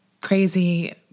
crazy